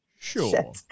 Sure